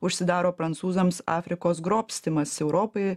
užsidaro prancūzams afrikos grobstymas europai